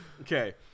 Okay